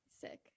Sick